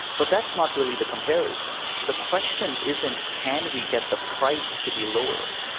but that's not really the comparison. the question isn't can we get the price to be lower?